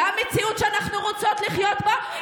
זה המציאות שאנחנו רוצות לחיות בה?